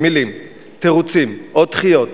במלים, תירוצים או דחיות